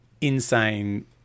insane